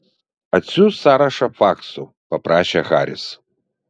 atsiųsk sąrašą faksu paprašė haris